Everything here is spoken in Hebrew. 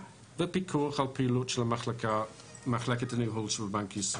ופיקוח על פעילות מחלקת הניהול של בנק ישראל.